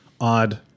odd